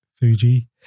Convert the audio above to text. Fuji